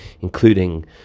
including